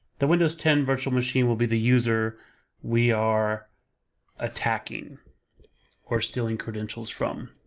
the windows ten virtual machine will be the user we are attacking or stealing credentials from.